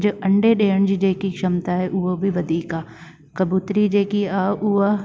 जो अंडे ॾियण जी जेकी क्षमता आहे उहा बि वधीक आहे कबूतरी जेकी आहे उहा